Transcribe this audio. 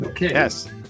Yes